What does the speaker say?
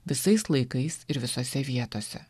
visais laikais ir visose vietose